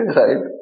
right